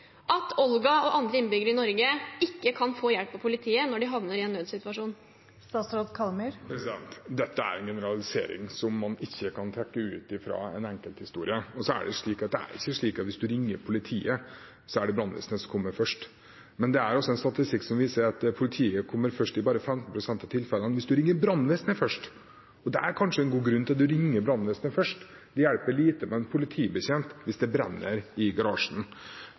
at Olga og andre innbyggere i Norge ikke kan få hjelp av politiet når de havner i en nødsituasjon? Dette er en generalisering som man ikke kan trekke ut fra en enkelthistorie. Det er ikke slik at hvis man ringer politiet, er det brannvesenet som kommer først. Men det er statistikk som viser at politiet kommer først i bare 15 pst. av tilfellene hvis man ringer brannvesenet først. Det er kanskje en god grunn til å ringe brannvesenet først. Det hjelper lite med en politibetjent hvis det brenner i garasjen.